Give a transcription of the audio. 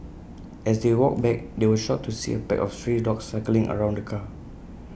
as they walked back they were shocked to see A pack of stray dogs circling around the car